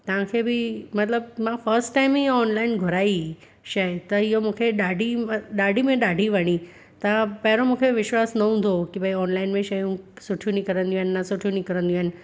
तव्हांखे बि मतिलबु फस्ट टाइम ई ऑनलाइन घुराई शइ त इहो मूंखे ॾाढी ॾाढी में ॾाढी वणी त पहिरों मूंखे विश्वासु न हूंदो हुयो की भाई ऑनलाइन में शयूं सुठियूं निकिरंदियूं आहिनि न सुठियूं निकिरंदियूं आहिनि